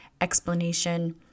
explanation